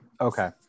Okay